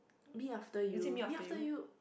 Me After You Me After You